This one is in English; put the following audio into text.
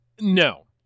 No